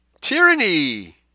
tyranny